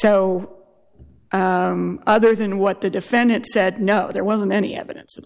so other than what the defendant said no there wasn't any evidence